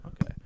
Okay